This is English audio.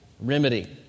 remedy